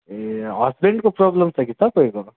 ए हस्बेन्डको प्रबलम छ कि तपाईँको